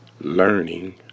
Learning